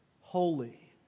Holy